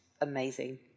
amazing